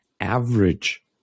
average